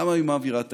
למה היא מעבירה תקציב?